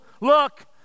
look